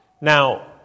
Now